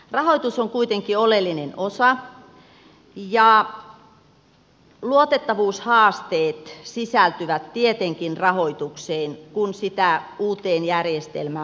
rahoitus on kuitenkin oleellinen osa ja luotettavuushaasteet sisältyvät tietenkin rahoitukseen kun sitä uuteen järjestelmään muokataan